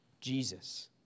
Jesus